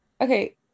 Okay